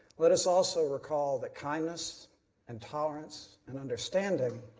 let us also recall the kindness and tolerance and understanding,